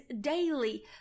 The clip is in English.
daily